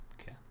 Okay